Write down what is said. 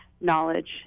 knowledge